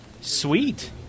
Sweet